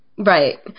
Right